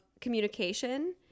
communication